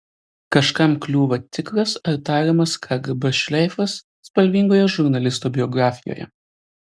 kažkam kliūva tikras ar tariamas kgb šleifas spalvingoje žurnalisto biografijoje